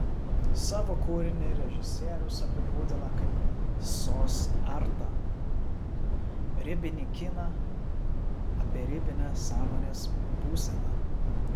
savo kūrinį režisierius apibūdina kaip sos artą ribinį kiną apie ribinę sąmonės būseną